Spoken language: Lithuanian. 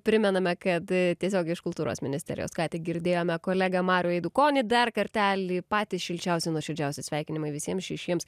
primename kad tiesiogiai iš kultūros ministerijos ką tik girdėjome kolegą marių eidukonį dar kartelį patys šilčiausi nuoširdžiausi sveikinimai visiems šešiems